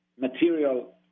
material